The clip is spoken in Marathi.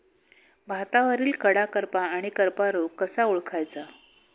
भातावरील कडा करपा आणि करपा रोग कसा ओळखायचा?